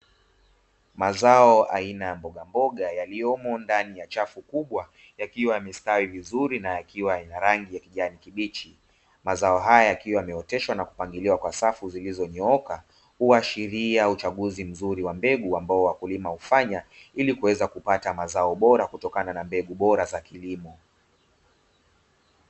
Mazao aina ya mboga mboga yaliyomo ndani ya chafu kubwa yakiwa yamestawi vizuri na yakiwa ina rangi ya kijani kibichi, mazao haya yakiwa yameoteshwa na kupangiliwa kwa safu zilizonyooka huashiria uchaguzi mzuri wa mbegu ambao wakulima hufanya ili kuweza kupata mazao bora kutokana na mbegu bora za kilimo.